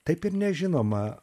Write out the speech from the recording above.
taip ir nežinoma